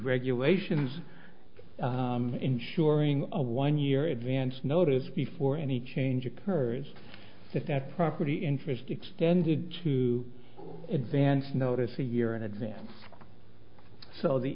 regulations ensuring a one year advance notice before any change occurs if that property interest extended to advance notice a year in advance so the